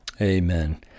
amen